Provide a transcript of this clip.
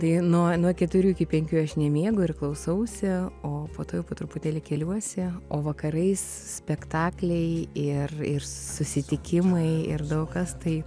tai nuo nuo keturių iki penkių aš nemiegu ir klausausi o po to jau po truputėlį keliuosi o vakarais spektakliai ir ir susitikimai ir daug kas tai